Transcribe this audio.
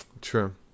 True